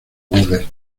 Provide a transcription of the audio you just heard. gules